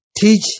teach